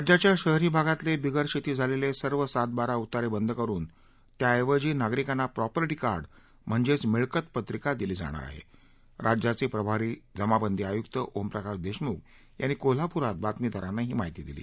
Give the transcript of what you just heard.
राज्याच्या शहरी भागातले बिगरशेती झालेले सर्व सात बारा उतारे बंद करुन त्याऐवजी नागरिकांना प्रॉपर्टी कार्ड म्हणजेच मिळकत पत्रिका दिली जाणार आहे राज्याचे प्रभारी जमाबंदी आयुक्त ओमप्रकाश देशमुख यांनी कोल्हापुरात बातमीदारांना ही माहिती दिली